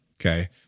Okay